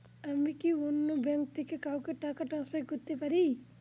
আমি কি অন্য ব্যাঙ্ক থেকে কাউকে টাকা ট্রান্সফার করতে পারি?